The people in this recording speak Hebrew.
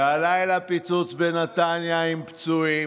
והלילה פיצוץ בנתניה עם פצועים,